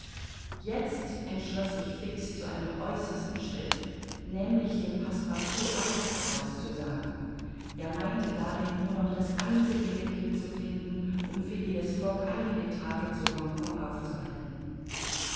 jetzt entschloß sich fix zu einem äußersten schritt nämlich dem passepartout alles heraus zu sagen er meinte darin nur noch das einzige mittel zu finden um phileas fogg einige tage zu hongkong aufzuhalten